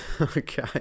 okay